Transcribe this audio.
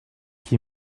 qui